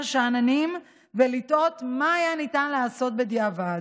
שאננים ולתהות מה היה ניתן לעשות בדיעבד.